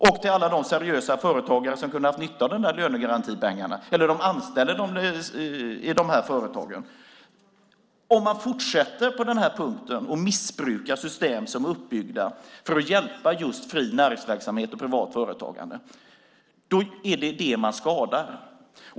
Det gäller också alla seriösa företagare som kunde ha haft nytta av lönegarantipengarna eller de anställda i de här företagen. Om man på den här punkten fortsätter att missbruka system som är uppbyggda just för att hjälpa fri näringsverksamhet och privat företagande är det just dessa som skadas.